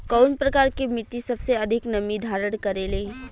कउन प्रकार के मिट्टी सबसे अधिक नमी धारण करे ले?